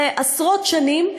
עשרות שנים,